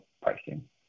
pricing